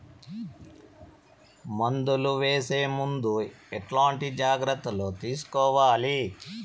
మందులు వేసే ముందు ఎట్లాంటి జాగ్రత్తలు తీసుకోవాలి?